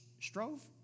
strove